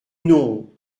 non